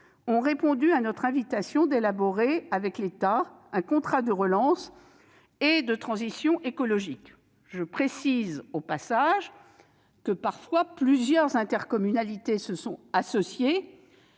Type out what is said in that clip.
ont répondu à notre invitation à élaborer avec l'État un contrat de relance et de transition écologique. Précisons au passage que plusieurs intercommunalités se sont parfois